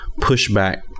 pushback